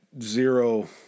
zero